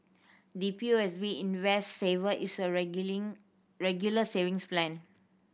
the P O S B Invest Saver is a Regular Savings Plan